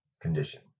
condition